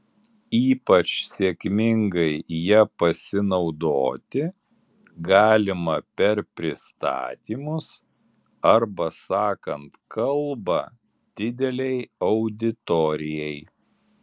ypač sėkmingai ja pasinaudoti galima per pristatymus arba sakant kalbą didelei auditorijai